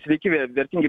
sveiki ve vertingi